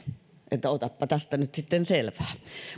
että otapa tästä nyt sitten selvää